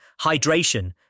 hydration